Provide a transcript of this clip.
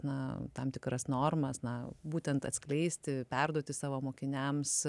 na tam tikras normas na būtent atskleisti perduoti savo mokiniams